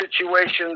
situations